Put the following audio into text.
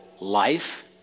life